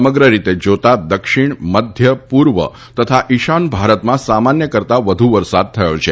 સમગ્ર રીતે જોતા દક્ષિણ મધ્ય પૂર્વ તથા ઈશાન ભારતમાં સામાન્ય કરતા વધુ વરસાદ થયો છે